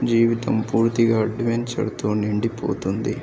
జీవితం పూర్తిగా అడ్వెంచర్తో నిండిపోతుంది